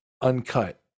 uncut